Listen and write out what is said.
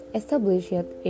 established